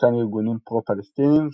חלקם ארגונים פרו-פלסטינים,